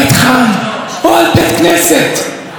על מקום לבנות בית חם.